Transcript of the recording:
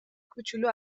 کوچولو